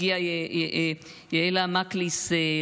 הגיעה יעלה מקליס,